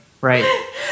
right